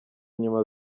inyuma